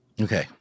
Okay